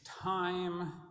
time